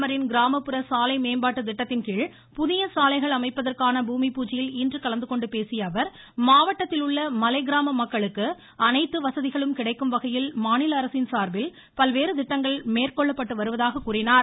பிரதமரின் கிராமப்புற சாலை மேம்பாட்டு திட்டத்தின்கீழ் புதிய சாலைகள் அமைப்பதற்கான பூமி பூஜையில் இன்று கலந்துகொண்டு பேசியஅவர் மாவட்டத்தில் உள்ள மலை கிராம மக்களுக்கு அனைத்து வசதிகளும் கிடைக்கும்வகையில் பல்வேறு திட்டங்கள் மேற்கொள்ளப்பட்டு வருவதாக அவர் தெரிவித்தார்